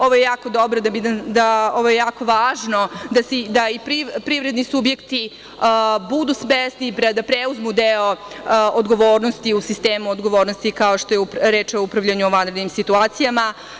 Ovo je jako važno da i privredni subjekti budu svesni, da preuzmu deo odgovornosti u sistemu odgovornosti, kao što je reč o upravljanju u vanrednim situacijama.